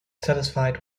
satisfied